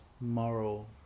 moral